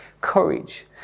courage